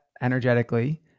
energetically